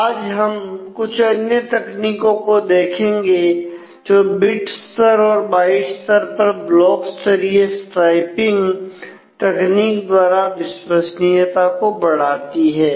आज हम कुछ अन्य तकनीको को देखेंगे जो बिट स्तर और बाइट स्तर पर ब्लॉक स्तरीय स्ट्राइपिंग तकनीक द्वारा विश्वसनीयता को बढ़ाती हैं